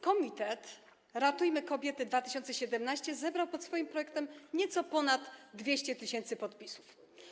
Komitet „Ratujmy kobiety 2017” zebrał pod swoim projektem nieco ponad 200 tys. podpisów.